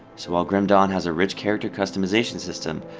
so while grim dawn has a rich character customization system,